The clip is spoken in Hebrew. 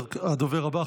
הדובר הבא,